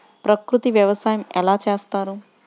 ప్రకృతి వ్యవసాయం ఎలా చేస్తారు?